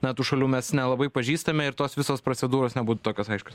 na tų šalių mes nelabai pažįstame ir tos visos procedūros nebūtų tokios aiškios